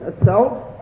assault